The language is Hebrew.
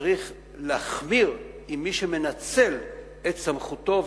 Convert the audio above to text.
צריך להחמיר עם מי שמנצל את סמכותו,